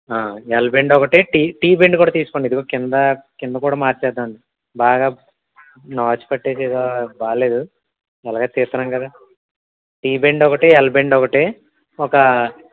L bend ఒకటి T T bend కూడా తీసుకోండి ఇదుగో కింద కింద కూడా మారుద్దాం అండి బాగా నాచు పట్టి బాలేదు ఎలాగో తీస్తున్నాం కదా టీ బెండ్ ఒకటి ఎల్ బెండ్ ఒకటి ఒక